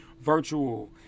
virtual